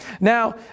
Now